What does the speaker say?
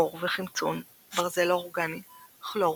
אור וחמצון, ברזל לא אורגני, כלור,